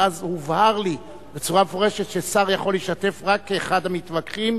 ואז הובהר לי בצורה מפורשת ששר יכול להשתתף רק כאחד המתווכחים,